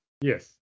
Yes